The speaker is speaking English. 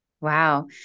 Wow